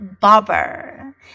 barber